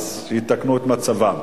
ראשונת המתדיינים בסוגיה הזאת,